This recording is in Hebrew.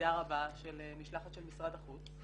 משלחת של משרד החוץ.